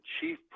chief